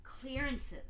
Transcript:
clearances